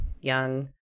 young